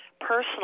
Personal